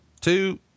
two